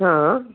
हाँ